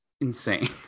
insane